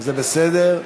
וזה בסדר.